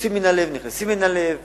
יוצאים מן הלב, נכנסים אל הלב